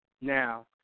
Now